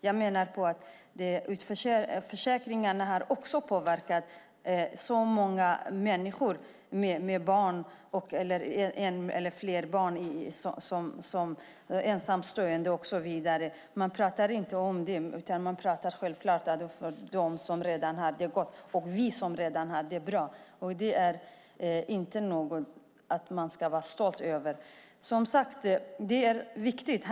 Jag menar att försäkringarna har påverkat så många människor med flera barn, ensamstående och så vidare. Man talar inte om dem, utan man talar om dem som redan har det gott och vi som har det bra. Det är inte något man ska vara stolt över. Detta är viktigt.